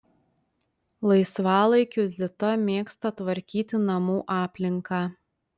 laisvalaikiu zita mėgsta tvarkyti namų aplinką